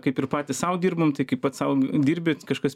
kaip ir patys sau dirbom tai kaip pats sau dirbi kažkas